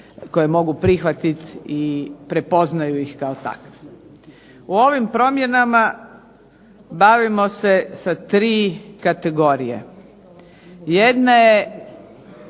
koje mogu prihvatiti i prepoznaju ih kao takve. U ovim promjenama bavimo se sa tri kategorije. Jedne